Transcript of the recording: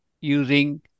using